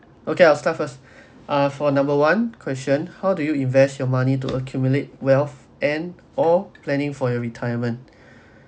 okay I'll start first ah for number one question how do you invest your money to accumulate wealth and or planning for your retirement